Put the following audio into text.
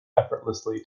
effortlessly